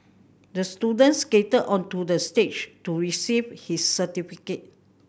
the student skated onto the stage to receive his certificate